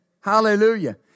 Hallelujah